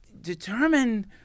determine